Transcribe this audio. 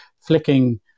flicking